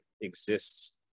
exists